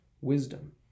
wisdom